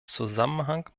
zusammenhang